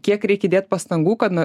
kiek reik įdėt pastangų kad na